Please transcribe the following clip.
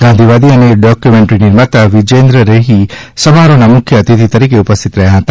ગાંધીવાદી અને ડોક્યુમેટરી નિર્માતા વિજેન્દ્ર રેઠી સમારોહના મુખ્ય અતિથિ તરીકે ઉપસ્થિત રહ્યાં હતા